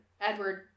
Edward